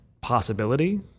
possibility